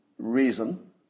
Reason